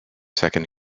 second